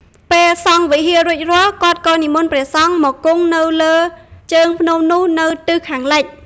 ពេលសង់វិហាររួចរាល់ គាត់ក៏និមន្តព្រះសង្ឃមកគង់នៅលើជើងភ្នំនោះនៅទិសខាងលិច។